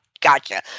Gotcha